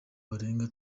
barenga